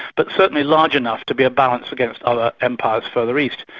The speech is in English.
but certainly large enough to be a balance against other empires further east.